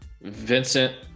Vincent